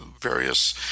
various